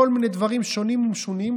כל מיני דברים שונים ומשונים.